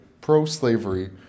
pro-slavery